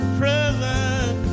present